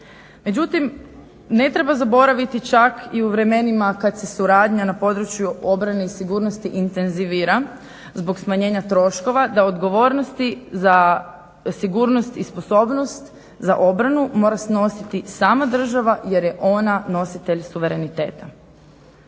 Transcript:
Međutim ne treba zaboraviti čak i u vremenima kad se suradnja na području obrane i sigurnosti intenzivira, zbog smanjenja troškova, da odgovornosti za sigurnost i sposobnost za obranu mora snositi sama država jer je ona nositelj suvereniteta.